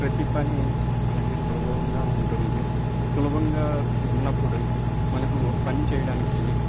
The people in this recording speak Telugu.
ప్రతి పని మనకు సులభంగా ఉంటుంది సులభంగా ఉన్నప్పుడు మనకు పని చేయడానికి